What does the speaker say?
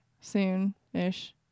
soon-ish